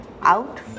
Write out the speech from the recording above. out